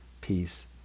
peace